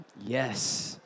Yes